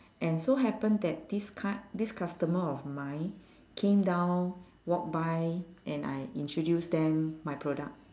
and so happen that this cu~ this customer of mine came down walk by and I introduce them my product